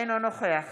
אינו נוכח